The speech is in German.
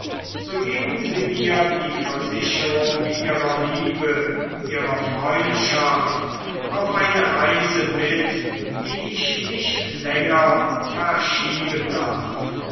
so geben sie mir die versicherung ihrer liebe ihrer freundschaft auf eine reise mit die ich nicht länger verschieben darf